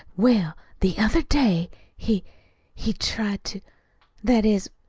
well, the other day he he tried to that is,